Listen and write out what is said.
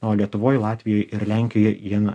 o lietuvoj latvijoj ir lenkijoj jin